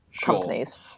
companies